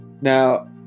Now